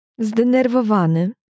Zdenerwowany